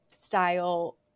style